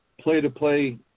play-to-play